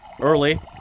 Early